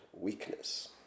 weakness